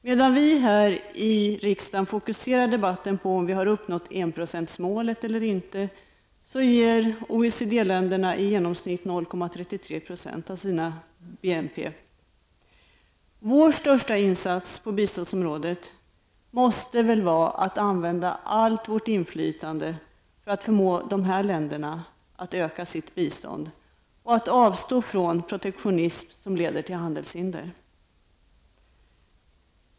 Medan vi här i riksdagen fokuserar debatten på om vi har uppnått enprocentsmålet eller inte, ger OECD-länderna i genomsnitt 0,33 % av sina BNP i bistånd. Vår största insats på biståndsområdet måste väl vara att använda allt vårt inflytande för att förmå de här länderna att öka sitt bistånd och att avstå från protektionism som leder till handelshinder.